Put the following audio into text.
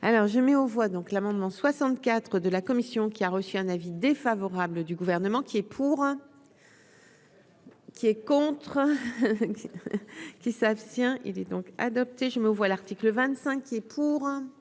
alors je mets aux voix donc l'amendement 64 de la commission qui a reçu un avis défavorable du gouvernement qui est pour. Qui est contre qui s'abstient, il est donc adopté je mets aux voix, l'article 25 et pour